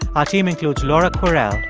our team includes laura kwerel,